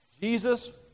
Jesus